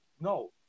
no